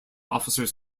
officers